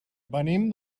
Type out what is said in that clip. venim